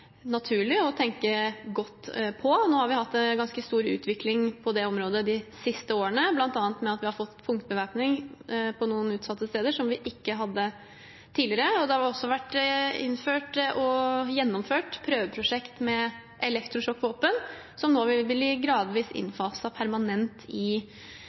naturlig å tenke godt på. Nå har vi hatt en ganske stor utvikling på det området de siste årene, bl.a. ved at vi har fått punktbevæpning på noen utvalgte steder, noe vi ikke hadde tidligere. Det har også vært innført og gjennomført prøveprosjekt med elektrosjokkvåpen, som nå vil bli gradvis innfaset permanent i